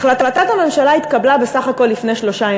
החלטת הממשלה התקבלה בסך הכול לפני שלושה ימים,